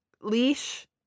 leash